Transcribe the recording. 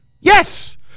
Yes